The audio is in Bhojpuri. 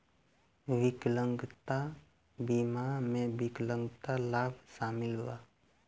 विकलांगता बीमा में विकलांगता लाभ शामिल बा